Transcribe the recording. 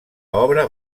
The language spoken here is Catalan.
obra